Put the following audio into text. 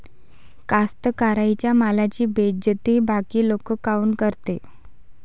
कास्तकाराइच्या मालाची बेइज्जती बाकी लोक काऊन करते?